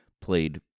played